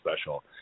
Special